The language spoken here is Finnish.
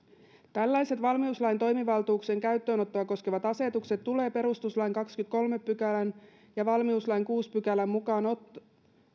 tällaiset valmiuslain toimivaltuuksien käyttöönottoa koskevat asetukset on perustuslain kahdennenkymmenennenkolmannen pykälän ja valmiuslain kuudennen pykälän